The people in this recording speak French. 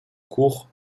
cours